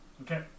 Okay